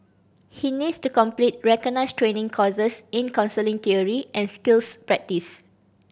he needs to complete recognised training courses in counselling theory and skills practice